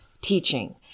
teaching